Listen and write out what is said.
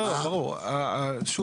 אתה הופך פה משהו של חורים.